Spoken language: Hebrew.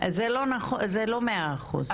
זה לא מאה אחוז.